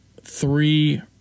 three